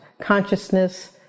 consciousness